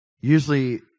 usually